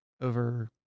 over